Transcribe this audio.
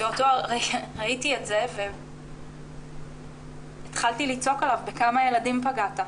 ובאותו רגע ראיתי את זה והתחלתי לצעוק עליו 'בכמה ילדים פגעת'